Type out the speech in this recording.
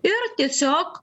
ir tiesiog